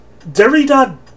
Derrida